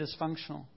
dysfunctional